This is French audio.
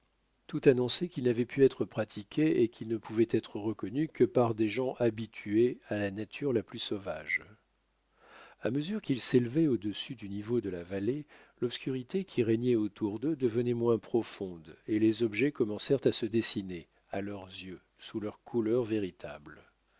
tout annonçait qu'il n'avait pu être pratiqué et qu'il ne pouvait être reconnu que par des gens habitués à la nature la plus sauvage à mesure qu'ils s'élevaient au-dessus du niveau de la vallée l'obscurité qui régnait autour d'eux devenait moins profonde et les objets commencèrent à se dessiner à leurs yeux sous leurs couleurs véritables